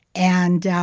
and